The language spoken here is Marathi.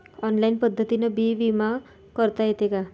ऑनलाईन पद्धतीनं बी बिमा भरता येते का?